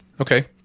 Okay